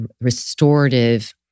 restorative